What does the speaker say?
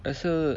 rasa